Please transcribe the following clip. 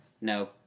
no